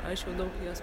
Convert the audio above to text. aišku daug jos